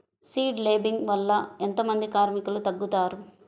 Seed లేంబింగ్ వల్ల ఎంత మంది కార్మికులు తగ్గుతారు?